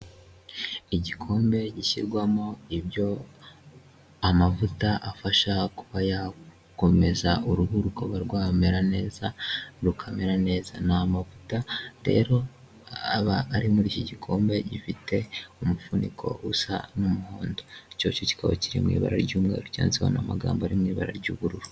Igikombe gishyirwamo ibyo amavuta afasha kuba yakomeza uruhuko barwamera neza rukamera neza. Ni amavuta rero aba ari muri iki gikombe gifite umufuniko usa n'umuhondo, icyo cyo kikaba kiri mu ibara ry'umweru cyanditseho n'amagambo ari mu ibara ry'ubururu.